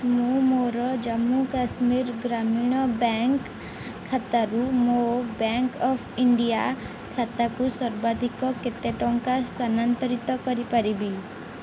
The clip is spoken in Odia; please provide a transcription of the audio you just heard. ମୁଁ ମୋର ଜାମ୍ମୁ କାଶ୍ମୀର ଗ୍ରାମୀଣ ବ୍ୟାଙ୍କ୍ ଖାତାରୁ ମୋ ବ୍ୟାଙ୍କ୍ ଅଫ୍ ଇଣ୍ଡିଆ ଖାତାକୁ ସର୍ବାଧିକ କେତେ ଟଙ୍କା ସ୍ଥାନାନ୍ତରିତ କରିପାରିବି